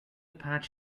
patch